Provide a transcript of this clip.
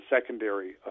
secondary